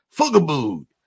Fugaboo